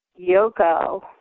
Yoko